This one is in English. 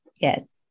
Yes